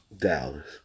Dallas